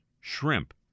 shrimp